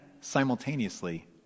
simultaneously